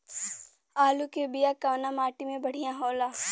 आलू के बिया कवना माटी मे बढ़ियां होला?